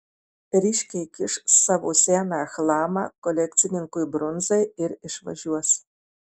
ryškiai įkiš savo seną chlamą kolekcininkui brunzai ir išvažiuos